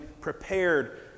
prepared